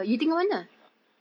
ya